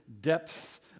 depth